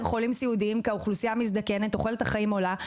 חולים סיעודיים כי האוכלוסיה מזדקנת ותוחלת החיים עולה,